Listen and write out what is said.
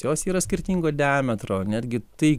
jos yra skirtingo diametro netgi tai